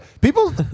People